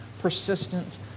persistent